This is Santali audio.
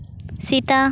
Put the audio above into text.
ᱥᱮᱛᱟ